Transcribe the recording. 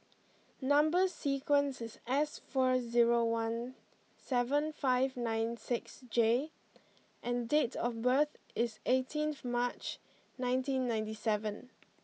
number sequence is S four zero one seven five nine six J and date of birth is eighteenth March nineteen ninety seven